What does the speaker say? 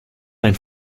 dein